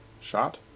shot